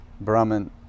Brahman